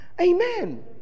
amen